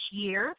year